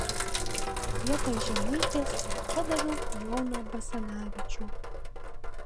vietoj žemaitės padaviau joną basanavičių